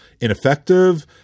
ineffective